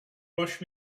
rush